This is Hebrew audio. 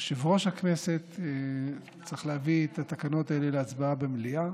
יושב-ראש הכנסת צריך להביא את התקנות האלה להצבעה במליאה,